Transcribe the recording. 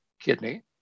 kidney